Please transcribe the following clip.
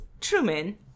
Truman